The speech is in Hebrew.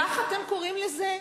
כך אתם קוראים לזה?